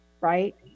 right